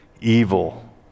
evil